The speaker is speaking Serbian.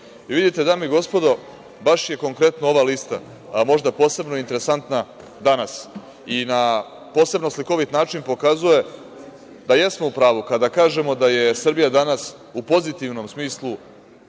pročitao. Vidite, dame i gospodo, baš je konkretno ova lista možda posebno interesantna danas. Na posebno slikovit način pokazuje da jesmo u pravu kada kažemo da je Srbija danas u pozitivnom smislu